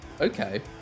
Okay